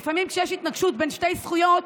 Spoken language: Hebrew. לפעמים כשיש התנגשות בין שתי זכויות,